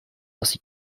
ainsi